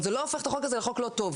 זה לא הופך את החוק הזה לחוק לא טוב.